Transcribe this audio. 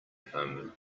him